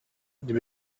they